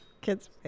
kid's